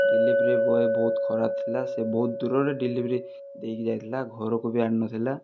delivery boy ବହୁତ ଖରାପ ଥିଲା ସେ ବହୁତ ଦୂରରେ ଡେଲିଭରି ଦେଇକି ଯାଇଥିଲା ଘରକୁ ବି ଆଣିନଥିଲା